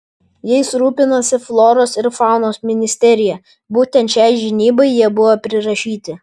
jais rūpinosi floros ir faunos ministerija būtent šiai žinybai jie buvo prirašyti